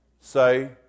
Say